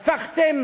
חסכתם